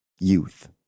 youth